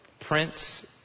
Prince